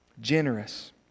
Generous